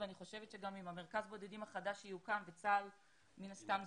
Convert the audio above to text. ואני חושבת שגם עם מרכז הבודדים החדש שיוקם וצה"ל מן הסתם,